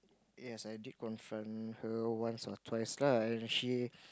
yes I did confront her once or twice lah and she